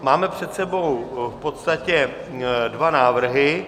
Máme před sebou v podstatě dva návrhy.